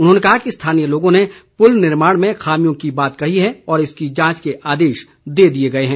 उन्होंने कहा कि स्थानीय लोगों ने पुल निर्माण में खामियों की बात कही है और इसकी जांच के आदेश दे दिए गए हैं